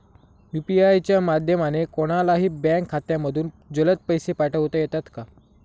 UPI च्या माध्यमाने कोणलाही बँक खात्यामधून जलद पैसे पाठवता येतात का?